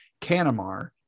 Canamar